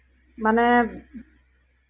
ᱢᱟᱱᱮ